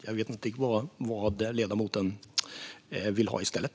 Jag vet inte riktigt vad ledamoten vill ha i stället.